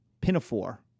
pinafore